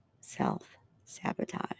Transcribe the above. self-sabotage